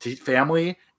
family